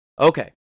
Okay